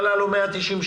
זה עולה לו 190 שקל.